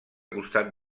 costat